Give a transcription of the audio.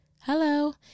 Hello